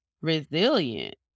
resilient